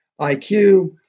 IQ